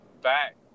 back